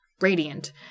radiant